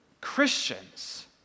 Christians